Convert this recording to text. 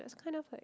it's kind of like